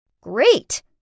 Great